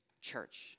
church